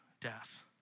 death